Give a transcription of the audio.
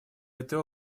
этой